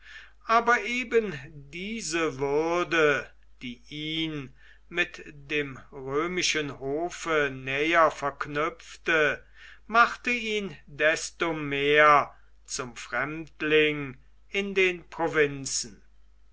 aber eben diese würde die ihn mit dem römischen hofe näher verknüpfte machte ihn desto mehr zum fremdling in den provinzen